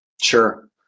Sure